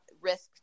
risk